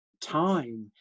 time